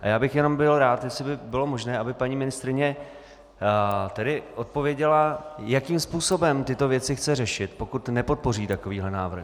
A já bych jenom byl rád, jestli by bylo možné, aby paní ministryně odpověděla, jakým způsobem tyto věci chce řešit, pokud nepodpoří takovýhle návrh.